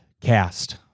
Cast